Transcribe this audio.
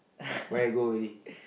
where go already